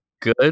good